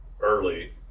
early